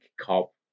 cop